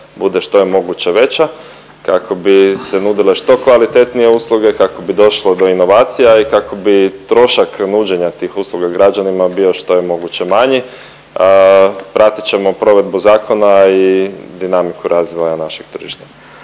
bude što je moguće veća kako bi se nudile što kvalitetnije usluge, kako bi došlo do inovacija i kako bi trošak nuđenja tih usluga građanima bio što je moguće manji. Pratit ćemo provedbu zakona i dinamiku razvoja našeg tržišta.